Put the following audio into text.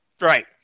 Right